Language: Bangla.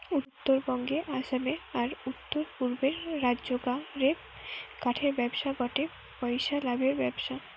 উত্তরবঙ্গে, আসামে, আর উততরপূর্বের রাজ্যগা রে কাঠের ব্যবসা গটে পইসা লাভের ব্যবসা